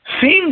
seems